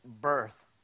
birth